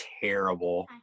terrible